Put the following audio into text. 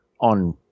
on